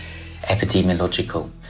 epidemiological